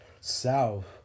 South